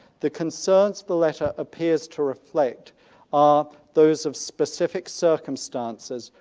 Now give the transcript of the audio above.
the concerns the letter appears to reflect are those of specific circumstances,